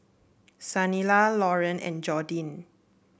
Saniyah Lauren and Jordin